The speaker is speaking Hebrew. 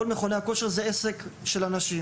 כל מכוני הכושר הם עסקים של אנשים